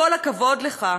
כל הכבוד לך,